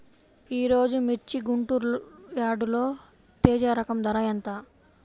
ఈరోజు మిర్చి గుంటూరు యార్డులో తేజ రకం ధర ఎంత?